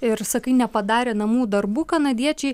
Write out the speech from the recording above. ir sakai nepadarė namų darbų kanadiečiai